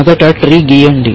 మొదట ట్రీ గీయండి